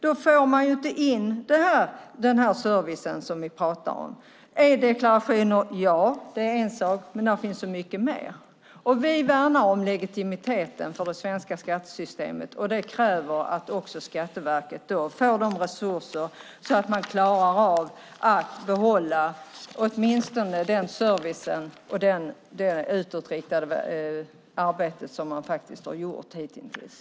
Då får man ju inte den service som vi pratar om. E-deklarationer är en sak, men det finns så mycket mer. Vi värnar om legitimiteten för det svenska skattesystemet och det kräver att Skatteverket får resurser så att de klarar av att behålla åtminstone den service och det utåtriktade arbete som man har gjort hittills.